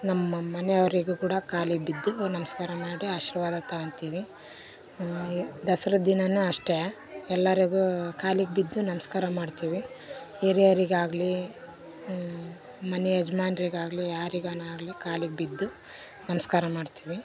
ನಮ್ಮ ಮನೆ ಅವರಿಗೂ ಕೂಡ ಕಾಲಿಗೆ ಬಿದ್ದು ನಮಸ್ಕಾರ ಮಾಡಿ ಆಶೀರ್ವಾದ ತಗೋತೀವಿ ದಸ್ರಾದ ದಿನನು ಅಷ್ಟೇ ಎಲ್ಲಾರಿಗೂ ಕಾಲಿಗೆ ಬಿದ್ದು ನಮಸ್ಕಾರ ಮಾಡ್ತೀವಿ ಹಿರಿಯರಿಗೆ ಆಗಲಿ ಮನೆ ಯಜ್ಮಾನ್ರಿಗೆ ಆಗಲಿ ಯಾರಿಗಾನ ಆಗಲಿ ಕಾಲಿಗೆ ಬಿದ್ದು ನಮಸ್ಕಾರ ಮಾಡ್ತೀವಿ